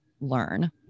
learn